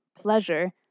pleasure